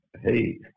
hey